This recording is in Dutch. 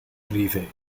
privé